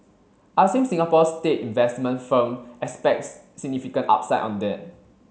I assume Singapore's state investment firm expects significant upside on that